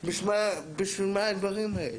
בשביל מה הדברים האלה?